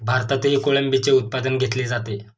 भारतातही कोळंबीचे उत्पादन घेतले जाते